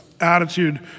attitude